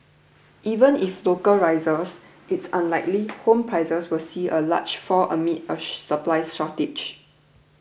even if local rises it's unlikely home prices will see a large fall amid a supplies shortage